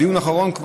בדיון האחרון,